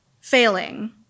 Failing